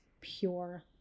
pure